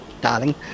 darling